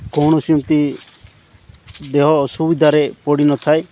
କୌଣସି ସେମିତି ଦେହ ଅସୁବିଧାରେ ପଡ଼ିନଥାଏ